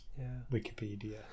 Wikipedia